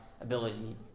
ability